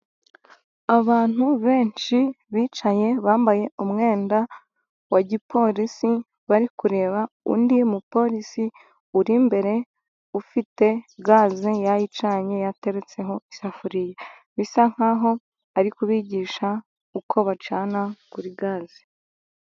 Abantu benshi bicaye bambaye umwenda wa gipolisi, bari kureba undi mupolisi uri imbere ufite gaze yayicanye yateretseho isafuriya. Bisa nk'aho ari kubigisha uko bacana kuri gaze